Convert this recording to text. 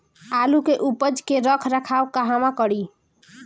आलू के उपज के रख रखाव कहवा करी?